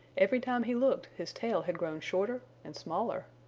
every time he looked his tail had grown shorter and smaller.